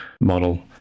model